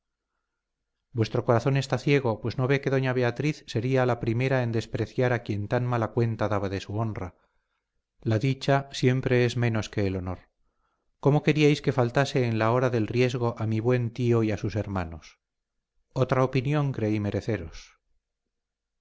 vuestro corazón está ciego pues no ve que doña beatriz sería la primera en despreciar a quien tan mala cuenta daba de su honra la dicha siempre es menos que el honor cómo queríais que faltase en la hora del riesgo a mi buen tío y a sus hermanos otra opinión creí mereceros